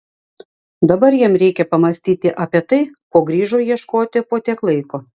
dabar jam reikia pamąstyti apie tai ko grįžo ieškoti po tiek laiko